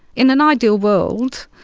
in an ideal world,